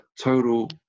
total